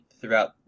throughout